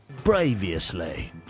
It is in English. Previously